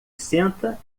senta